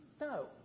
No